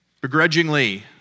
Begrudgingly